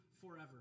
forever